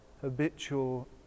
habitual